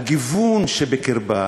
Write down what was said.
הגיוון שבקרבה,